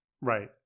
Right